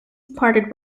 parted